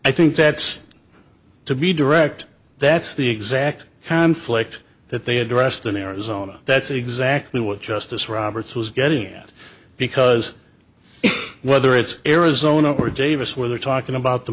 i think that's to be direct that's the exact conflict that they addressed in arizona that's exactly what justice roberts was getting at because whether it's arizona or davis where they're talking about the